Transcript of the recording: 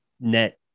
net